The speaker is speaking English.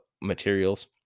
materials